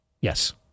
Yes